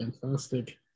fantastic